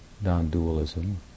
non-dualism